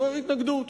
מעורר התנגדות.